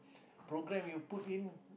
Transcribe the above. program you put in